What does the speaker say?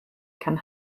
can